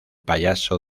payaso